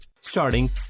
Starting